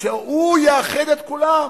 שיאחד את כולם.